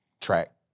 track